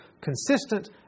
consistent